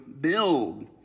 build